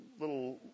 little